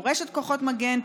מורשת כוחות מגן,